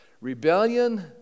Rebellion